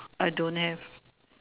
I don't have